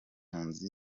impunzi